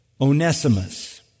Onesimus